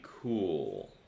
cool